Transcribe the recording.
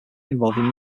involving